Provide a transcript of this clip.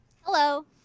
Hello